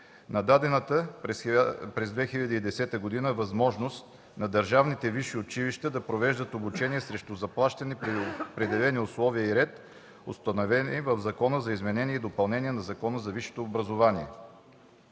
на дадената през 2010 г. възможност на държавните висши училища да провеждат обучение срещу заплащане при определени условия и ред, установени в Закона за изменение и допълнение на Закона за висшето образование.